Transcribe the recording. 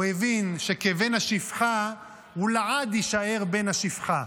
הוא הבין שכבן השפחה הוא לעד יישאר בן השפחה,